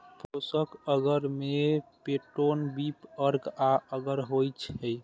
पोषक अगर मे peptone, beef अर्क आ अगर होइ छै